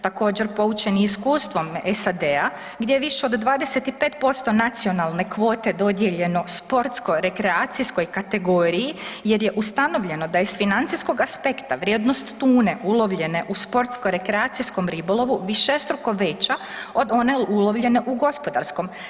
Također poučeni iskustvom SAD-a gdje je više od 25% nacionalne kvote dodijeljeno sportsko rekreacijskoj kategoriji jer je ustanovljeno da je iz financijskog aspekta vrijednost tune ulovljene u sportsko rekreacijskom ribolovu višestruko veća od one ulovljene u gospodarskom.